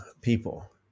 people